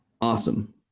awesome